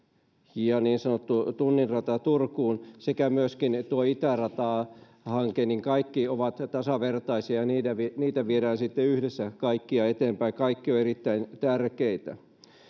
ja niin sanottu tunnin rata turkuun sekä myöskin itäratahanke kaikki ovat tasavertaisia ja niitä viedään sitten yhdessä kaikkia eteenpäin kaikki ovat erittäin tärkeitä